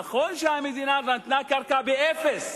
נכון שהמדינה נתנה קרקע באפס,